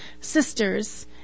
sisters